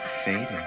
fading